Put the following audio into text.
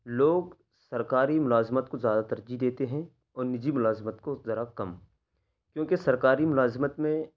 لوگ سرکاری ملازمت کو زیادہ ترجیح دیتے ہیں اور نجی ملازمت کو ذرا کم کیونکہ سرکاری ملازمت میں